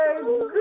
good